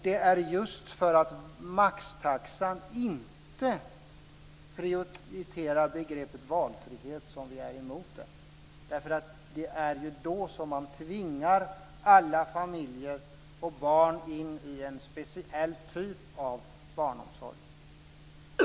Det är just för att maxtaxan inte prioriterar begreppet valfrihet som vi är emot den. Den innebär ju att man tvingar alla familjer och barn in i en speciell typ av barnomsorg.